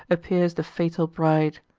appears the fatal bride.